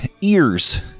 ears